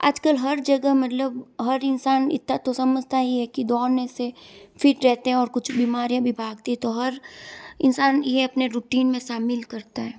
आज कल हर जगह मतलब हर इंसान इतना तो समझता ही है कि दौड़ने से फिट रहते हैं और कुछ बीमारियाँ भी भागती है तो हर इंसान यह अपने रूटीन में शामिल करता है